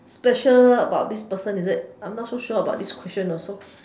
special about this person is it I'm not so sure about this question also